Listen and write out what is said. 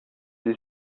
sie